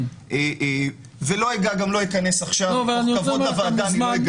אני גם לא אגע עכשיו בחוק הסמכויות.